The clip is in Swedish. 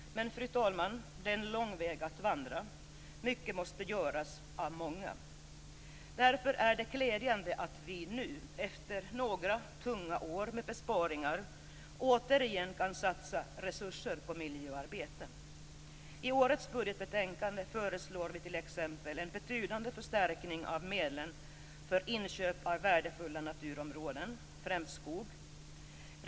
Men, fru talman, det är en lång väg att vandra. Mycket måste göras av många. Därför är det glädjande att vi nu, efter några tunga år med besparingar, återigen kan satsa resurser på miljöarbetet. I årets budgetbetänkande föreslår vi t.ex. en betydande förstärkning av medlen för inköp av värdefulla naturområden, främst skog.